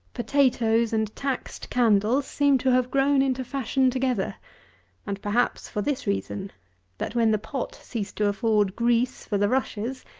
potatoes and taxed candles seem to have grown into fashion together and, perhaps, for this reason that when the pot ceased to afford grease for the rushes,